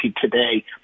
today